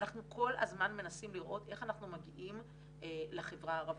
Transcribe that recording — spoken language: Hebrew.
אנחנו כל הזמן מנסים לראות איך אנחנו מגיעים לחברה הערבית.